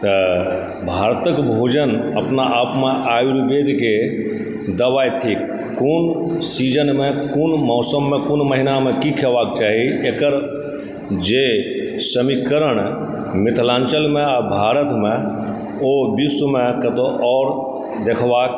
तऽ भारतक भोजन अपना आपमे आयुर्वेदके दवाइ थीक कोन सीजनमे कोन मौसममे कोन महीनामे की खेबाक चाही एकर जे समीकरण मिथिलाञ्चलमे आ भारतमे ओ विश्वमे कतहूंँ आओर देखबा